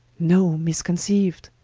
no misconceyued,